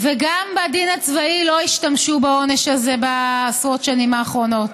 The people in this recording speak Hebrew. אך גם בדין הצבאי לא השתמשו בעונש הזה בעשרות שנים האחרונות.